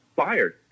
fired